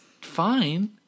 fine